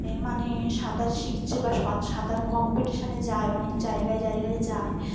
এ মানে সাঁতার শিখছে বা সা সাঁতার কম্পিটিশনে যায় অনেক জায়গায় জায়গায় যায়